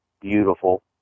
beautiful